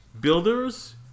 builders